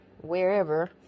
wherever